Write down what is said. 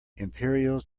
imperial